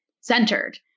centered